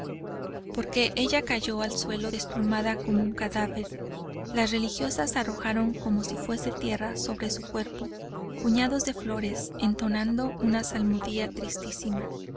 porque ella cayó al suelo desplomada como un cadáver las religiosas arrojaron como si fuese tierra sobre su cuerpo puñados de flores entonando una salmodia tristísima